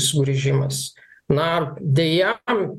sugrįžimas na deja